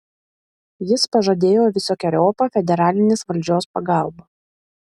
jis pažadėjo visokeriopą federalinės valdžios pagalbą